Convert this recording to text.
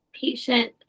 patient